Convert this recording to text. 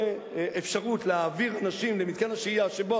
אפשרות להעביר אנשים למתקן השהייה שבו,